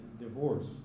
divorce